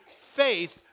faith